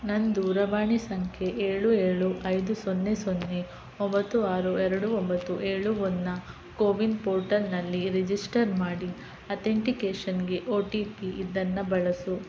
ನನ್ನ ದೂರವಾಣಿ ಸಂಖ್ಯೆ ಏಳು ಏಳು ಐದು ಸೊನ್ನೆ ಸೊನ್ನೆ ಒಂಬತ್ತು ಆರು ಎರಡು ಒಂಬತ್ತು ಏಳು ಒಂದನ್ನ ಕೋವಿನ್ ಪೋರ್ಟಲ್ನಲ್ಲಿ ರಿಜಿಸ್ಟರ್ ಮಾಡಿ ಅತೆಂಟಿಕೇಷನ್ಗೆ ಓ ಟಿ ಪಿ ಇದನ್ನು ಬಳಸು